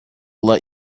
let